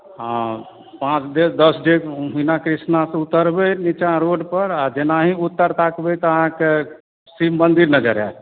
हँ पाँच डेग दस डेग मीना कृष्णासँ उतरबै निचाँ रोडपर आ जेनाहि उत्तर ताकबै तऽ अहाँके शिव मन्दिर नजर आएत